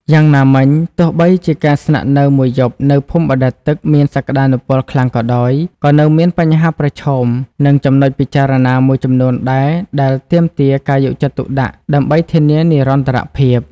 យ៉ាងណាមិញ ទោះបីជាការស្នាក់នៅមួយយប់នៅភូមិបណ្ដែតទឹកមានសក្ដានុពលខ្លាំងក៏ដោយ ក៏នៅមានបញ្ហាប្រឈមនិងចំណុចពិចារណាមួយចំនួនដែរដែលទាមទារការយកចិត្តទុកដាក់ដើម្បីធានានិរន្តរភាព។